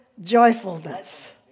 joyfulness